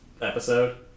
episode